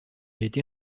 été